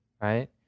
right